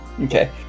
Okay